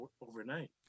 overnight